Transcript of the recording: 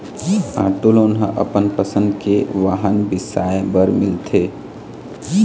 auto loan ह अपन पसंद के वाहन बिसाए बर मिलथे